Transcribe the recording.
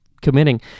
committing